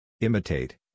Imitate